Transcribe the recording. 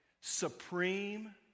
Supreme